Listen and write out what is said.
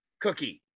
cookie